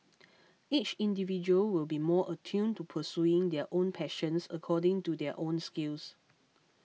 each individual will be more attuned to pursuing their own passions according to their own skills